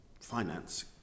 finance